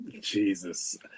Jesus